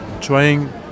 trying